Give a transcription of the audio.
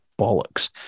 bollocks